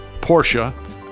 Porsche